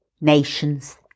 nations